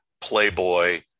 playboy